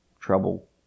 trouble